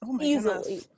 easily